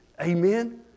Amen